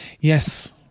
Yes